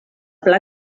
pla